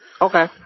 Okay